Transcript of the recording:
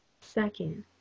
Second